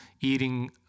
eating